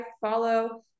follow